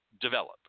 develop